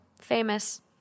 famous